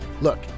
Look